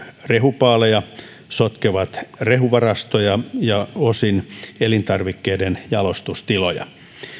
rehupaaleja sotkevat rehuvarastoja ja osin elintarvikkeiden jalostustiloja